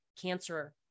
cancer